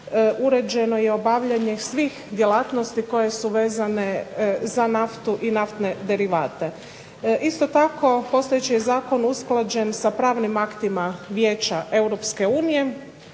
uređeno je obavljanje svih djelatnosti koje su vezane za naftu i naftne derivate. Isto tako postojeći zakon je usklađen sa pravnim aktima Vijeća EU,